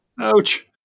Ouch